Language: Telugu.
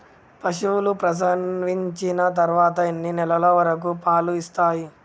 పశువులు ప్రసవించిన తర్వాత ఎన్ని నెలల వరకు పాలు ఇస్తాయి?